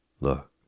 Look